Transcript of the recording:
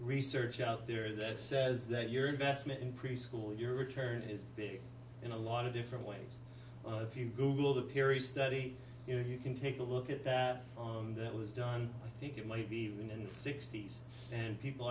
research out there that says that your investment in preschool your return is big in a lot of different ways if you google the piri study you know you can take a look at that that was done i think it might be in the sixty's and people